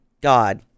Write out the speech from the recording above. God